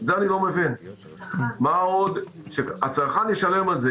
מה עוד שהצרכן ישלם על זה.